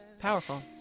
powerful